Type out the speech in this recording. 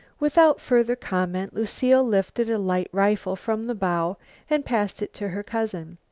without further comment lucile lifted a light rifle from the bow and passed it to her cousin.